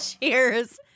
Cheers